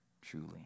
truly